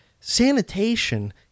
Sanitation